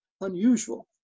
Unusual